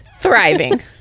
thriving